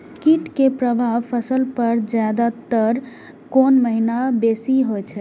कीट के प्रभाव फसल पर ज्यादा तर कोन महीना बेसी होई छै?